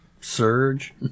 Surge